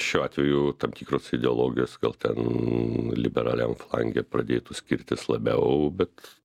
šiuo atveju tam tikros ideologijos ten liberaliam flange pradėtų skirtis labiau bet